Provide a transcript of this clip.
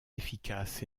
efficaces